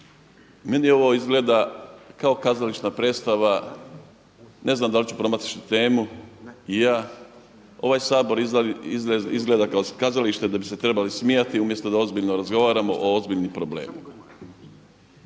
Meni ovo izgleda kao kazališna predstava, ne znam da li ću promašiti temu i ja. Ovaj Sabor izgleda kao kazalište da bi se trebali smijati umjesto da ozbiljno razgovaramo o ozbiljnim problemima.